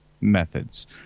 methods